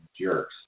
jerks